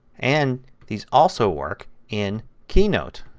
and these also work in keynote.